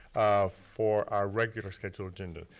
for our regular scheduled agenda.